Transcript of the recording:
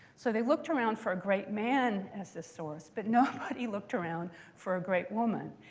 so they looked around for a great man as the source. but nobody looked around for a great woman.